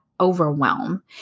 overwhelm